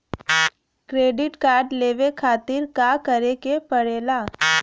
Credit card लेवे खातिर का करे के पड़ेला?